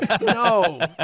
no